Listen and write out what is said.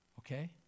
Okay